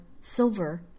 silver